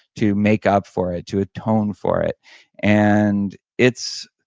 to make up for it, to atone for it and it's